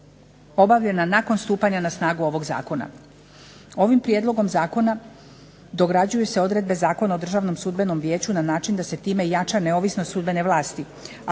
obavljena nakon stupanja na snagu ovog zakona. Ovim prijedlogom zakona dograđuju se odredbe Zakona o Državnom sudbenom vijeću na način da se time jača neovisnost sudbene vlasti,